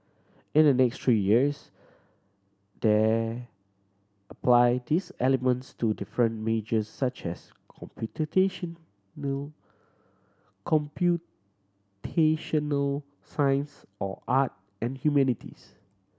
in the next three years they apply these elements to different majors such as computational science or art and humanities